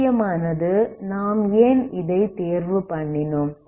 முக்கியமானது நாம் ஏன் இதை தேர்வு பண்ணினோம்